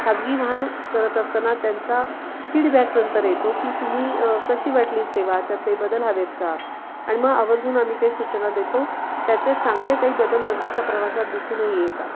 खाजगी वाहन करत असताना त्यांचा फीडबॅक नंतर येतो की तुम्ही कशी वाटली सेवा त्यात काही बदल हवे आहेत का आणि मग आवर्जून आम्ही काही सूचना देतो त्याचे चांगले काही बदल नंतरच्या प्रवासात दिसूनही येतात